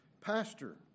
pastor